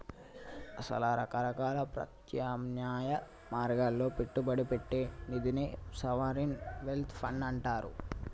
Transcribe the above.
అసల రకరకాల ప్రత్యామ్నాయ మార్గాల్లో పెట్టుబడి పెట్టే నిదినే సావరిన్ వెల్త్ ఫండ్ అంటారు